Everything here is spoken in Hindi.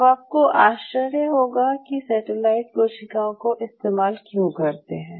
अब आपको आश्चर्य होगा कि सेटेलाइट कोशिकाओं को इस्तेमाल क्यों करते हैं